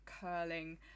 curling